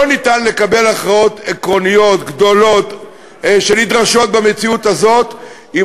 לא ניתן לקבל הכרעות עקרוניות גדולות שנדרשות במציאות הזאת אם